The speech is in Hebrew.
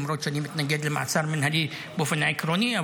למרות שאני מתנגד למעצר מינהלי באופן עקרוני,